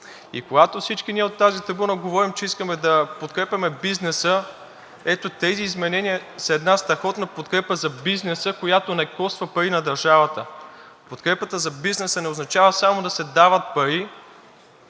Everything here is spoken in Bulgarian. И когато всички ние от тази трибуна говорим, че искаме да подкрепяме бизнеса, ето тези изменения са една страхотна подкрепа за бизнеса, която не коства пари на държавата. Подкрепата за бизнеса не означава само да се дават пари,